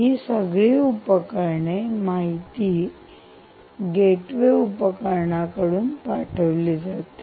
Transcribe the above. ही सगळी उपकरणे माहिती गेटवे उपकरणाकडे पाठवली जातात